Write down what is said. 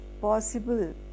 possible